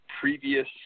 previous